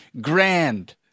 grand